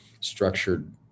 structured